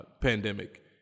pandemic